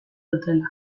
dutela